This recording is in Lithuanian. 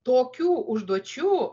tokių užduočių